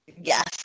yes